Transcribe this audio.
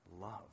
love